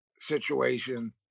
situation